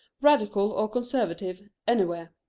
radical or conservative, anywhere.